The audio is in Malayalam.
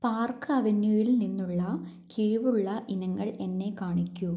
പാർക്ക് അവന്യൂവിൽ നിന്നുള്ള കിഴിവുള്ള ഇനങ്ങൾ എന്നെ കാണിക്കൂ